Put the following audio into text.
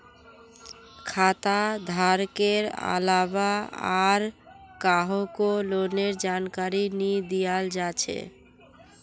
खाता धारकेर अलावा आर काहको लोनेर जानकारी नी दियाल जा छे